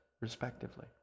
respectively